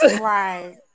right